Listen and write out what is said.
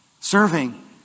serving